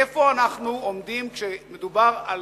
איפה אנחנו עומדים כשמדובר על